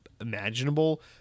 imaginable